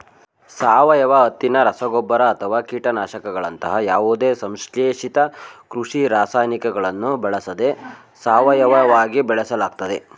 ಸಾವಯವ ಹತ್ತಿನ ರಸಗೊಬ್ಬರ ಅಥವಾ ಕೀಟನಾಶಕಗಳಂತಹ ಯಾವುದೇ ಸಂಶ್ಲೇಷಿತ ಕೃಷಿ ರಾಸಾಯನಿಕಗಳನ್ನು ಬಳಸದೆ ಸಾವಯವವಾಗಿ ಬೆಳೆಸಲಾಗ್ತದೆ